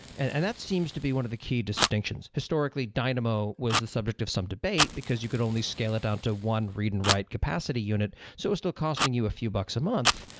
and and that seems to be one of the key distinctions. historically, dynamo was the subject of some debate, because you could only scale it down to one read and write capacity unit. so it's still costing you a few bucks a month.